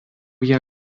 jie